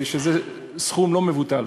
שזה מספר לא מבוטל.